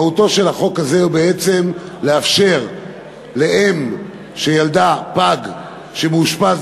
מהותו של החוק הזה היא בעצם לאפשר לאם שילדה פג שמאושפז